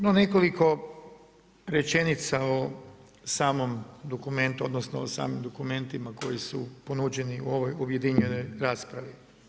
No nekoliko rečenica o samom dokumentu odnosno o samim dokumentima koji su ponuđeni u ovoj objedinjenoj raspravi.